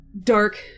dark